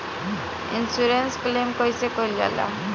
Insurance claim कइसे कइल जा ले?